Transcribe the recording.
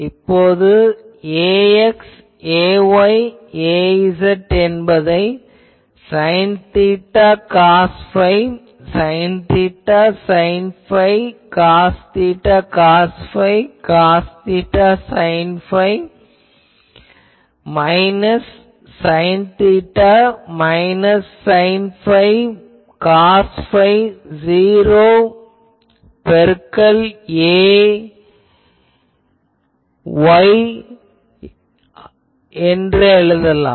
இப்போது ax ay az என்பதை sine theta cos phi sine theta sine phi cos theta cos phi cos theta sine phi minus sine theta minus sine phi cos phi '0' பெருக்கல் ar ஆகும்